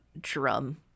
drum